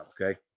okay